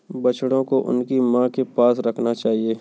बछड़ों को उनकी मां के पास रखना चाहिए